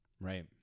Right